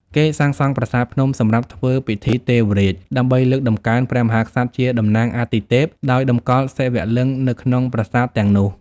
គេសាងសង់ប្រាសាទភ្នំសម្រាប់ធ្វើពិធីទេវរាជ ដើម្បីលើកតម្កើងព្រះមហាក្សត្រជាតំណាងអាទិទេព ដោយតម្កល់សិវលិង្គនៅក្នុងប្រាសាទទាំងនោះ។